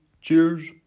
Cheers